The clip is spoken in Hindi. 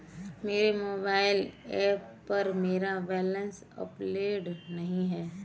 मेरे मोबाइल ऐप पर मेरा बैलेंस अपडेट नहीं है